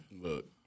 Look